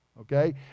Okay